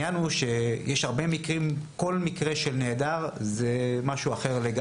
כל מקרה של נעדר הוא אחר.